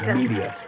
media